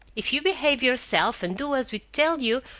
if you behave yourself and do as we tell you,